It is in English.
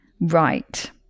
right